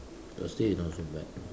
Thursday is not so bad